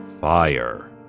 Fire